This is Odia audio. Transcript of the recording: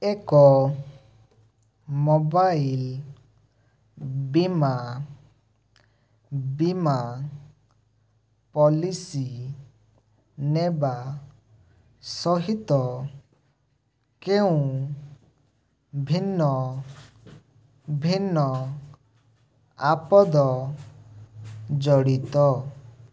ଏକ ମୋବାଇଲ୍ ବୀମା ବୀମା ପଲିସି ନେବା ସହିତ କେଉଁ ଭିନ୍ନ ଭିନ୍ନ ଆପଦ ଜଡ଼ିତ